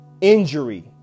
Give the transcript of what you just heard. Injury